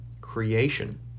creation